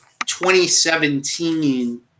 2017